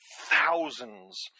thousands